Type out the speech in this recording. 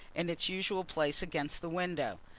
in its usual place against the window.